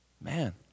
Man